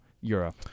Europe